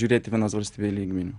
žiūrėti vienos valstybei lygmeniu